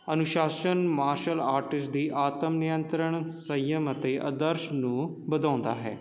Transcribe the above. ਅਨੁਸ਼ਾਸਨ martial artist ਦੇ ਆਤਮ ਨਿਯੰਤਰਣ ਸੰਯਮ ਅਤੇ ਆਦਰਸ਼ ਨੂੰ ਵਧਾਉਂਦਾ ਹੈ